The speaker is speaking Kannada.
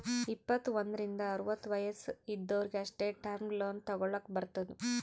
ಇಪ್ಪತ್ತು ಒಂದ್ರಿಂದ್ ಅರವತ್ತ ವಯಸ್ಸ್ ಇದ್ದೊರಿಗ್ ಅಷ್ಟೇ ಟರ್ಮ್ ಲೋನ್ ತಗೊಲ್ಲಕ್ ಬರ್ತುದ್